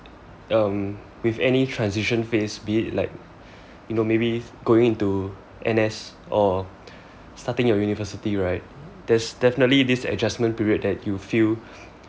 um with any transition phase be it like you know maybe going to N_S or starting university right there's definitely this adjustment period that you feel